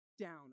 down